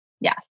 yes